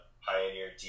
pioneer